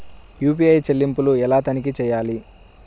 UPI చెల్లింపులు ఎలా తనిఖీ చేయాలి?